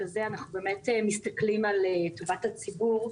וככזה אנחנו באמת מסתכלים על טובת הציבור.